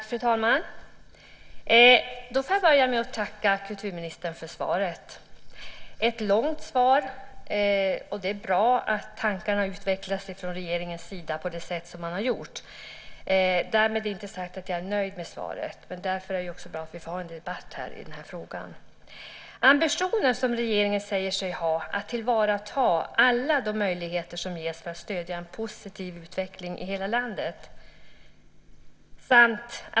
Fru talman! Jag får börja med att tacka kulturministern för svaret. Det var ett långt svar, och det är bra att tankarna utvecklas från regeringens sida på det sätt som man har gjort. Därmed är det inte sagt att jag är nöjd med svaret. Därför är det också bra att vi får ha en debatt om den här frågan. Regeringen säger sig ha ambitionen att tillvarata alla de möjligheter som ges för att stödja en positiv utveckling i hela landet.